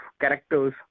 characters